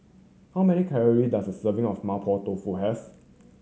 how many calorie does a serving of Mapo Tofu have